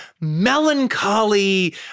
melancholy